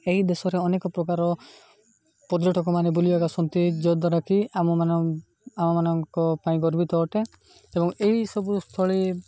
ଏହି ଦେଶରେ ଅନେକ ପ୍ରକାର ପର୍ଯ୍ୟଟକ ମାନେ ବୁଲିବାକୁ ଆସନ୍ତି ଯଦ୍ୱାରା କିି ଆମ ଆମମାନଙ୍କ ପାଇଁ ଗର୍ବିତ ଅଟେ ଏବଂ ଏହିସବୁ ସ୍ଥଳୀ